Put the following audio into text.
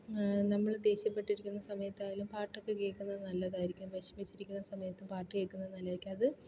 നമ്മൾ ദേഷ്യപ്പെട്ടിരിക്കുന്ന സമയത്തായാലും പാട്ടൊക്കെ കേൾക്കുന്നത് നല്ലതായിരിക്കും വിഷമിച്ചിരിക്കുന്ന സമയത്ത് പാട്ട് കേൾക്കുന്നത് നല്ലതായിരിക്കും അത്